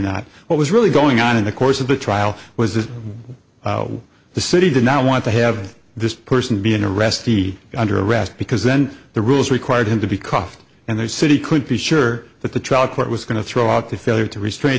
not what was really going on in the course of the trial was that the city did not want to have this person be an arrestee under arrest because then the rules required him to be cough and they said he could be sure that the trial court was going to throw out the failure to restrain